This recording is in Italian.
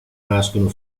nascono